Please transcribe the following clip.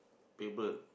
favorite